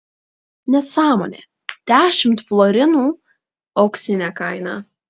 nesąmonė dešimt florinų auksinė kaina